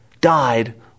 died